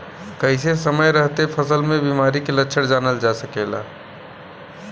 कइसे समय रहते फसल में बिमारी के लक्षण जानल जा सकेला?